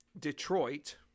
Detroit